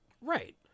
Right